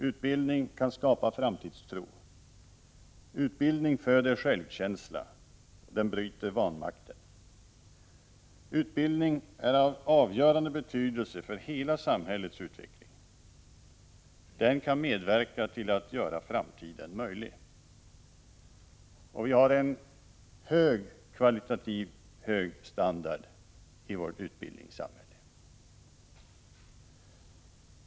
Utbildning kan skapa framtidstro. Utbildning föder självkänsla, den bryter vanmakten. Utbildning är av avgörande betydelse för hela samhällets utveckling, den kan medverka till att göra framtiden möjlig. Vi har en kvalitativt hög standard i vårt utbildningssamhälle.